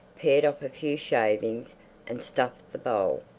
pared off a few shavings and stuffed the bowl.